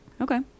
okay